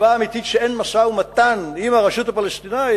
הסיבה האמיתית לכך שאין משא-ומתן עם הרשות הפלסטינית,